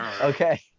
Okay